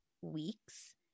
weeks